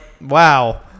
wow